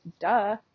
Duh